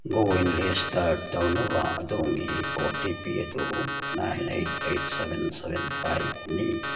CoWIN register ꯇꯧꯅꯕ ꯑꯗꯣꯝꯒꯤ O T P ꯑꯗꯨ nine eight eight seven seven ꯐꯥꯏꯚꯅꯤ